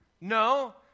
No